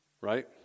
right